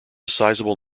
sizeable